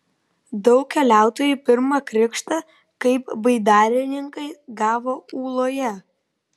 daug keliautojų pirmą krikštą kaip baidarininkai gavo ūloje